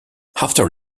after